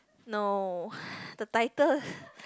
no the title